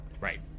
Right